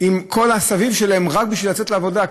כל הסביב שלהם רק בשביל לצאת לעבודה,